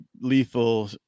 Lethal